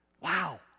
Wow